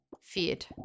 Feed